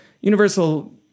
universal